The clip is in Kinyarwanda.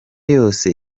yose